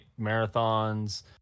Marathons